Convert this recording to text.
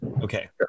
okay